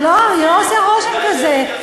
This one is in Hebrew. לא עושה רושם כזה.